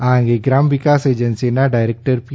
આ અંગે ગ્રામ વિકાસ એજન્સીના ડાયરેકટર પી